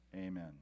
amen